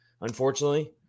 unfortunately